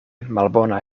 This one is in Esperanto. malbona